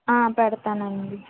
పెడతానండి